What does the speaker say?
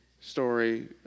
story